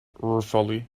ruefully